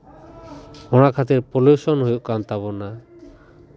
ᱚᱱᱟ ᱠᱷᱟᱹᱛᱤᱨ ᱯᱚᱞᱤᱭᱩᱥᱚᱱ ᱦᱩᱭᱩᱜ ᱠᱟᱱ ᱛᱟᱵᱳᱱᱟ